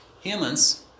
Humans